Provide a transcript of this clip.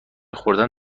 خوردن